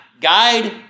guide